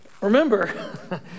Remember